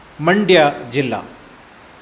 मण्ड्यजिल्ला